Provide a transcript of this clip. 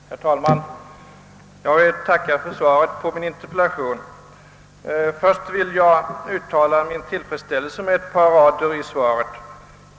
Herr talman! Jag vill tacka för svaret på min interpellation. Först vill jag uttala min tillfredsställelse över ett par rader i svaret.